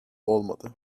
olmadı